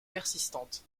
persistantes